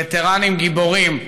וטרנים גיבורים,